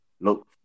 look